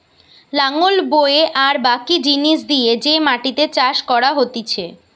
লাঙল বয়ে আর বাকি জিনিস দিয়ে যে মাটিতে চাষ করা হতিছে